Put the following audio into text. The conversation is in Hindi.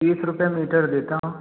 बीस रुपए मीटर देता हूँ